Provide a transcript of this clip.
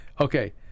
Okay